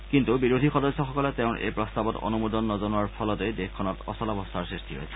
কিন্তু বিৰোধী সদস্যসকলে তেওঁৰ এই প্ৰস্তাৱত অনুমোদন নজনোৱাৰ ফলতেই দেশখনত অচলাৱস্থাৰ সৃষ্টি হৈছে